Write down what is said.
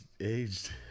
Aged